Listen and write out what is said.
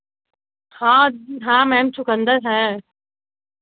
हाँ हाँ मैम चुकंदर है